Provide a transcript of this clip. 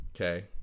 okay